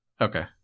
Okay